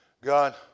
God